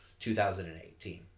2018